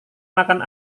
makan